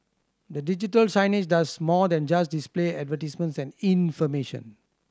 the digital signage does more than just display advertisements and information